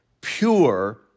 pure